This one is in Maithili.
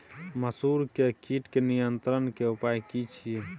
मसूर के कीट के नियंत्रण के उपाय की छिये?